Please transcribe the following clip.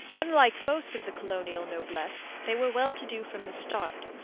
unlike most of the colonial noblesse, they were well-to-do from the start,